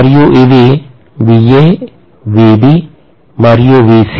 మరియు ఇవి VA VB మరియు VC